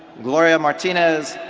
gloria martinez,